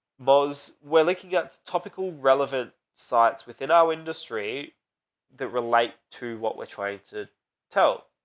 moe's where leaky guts, topical, relevant sites within our industry that relate to what we're trying to tell.